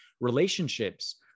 relationships